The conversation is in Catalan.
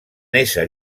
ésser